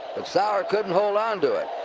but sauer couldn't hold on to it.